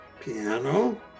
piano